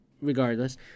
regardless